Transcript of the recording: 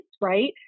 right